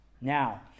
Now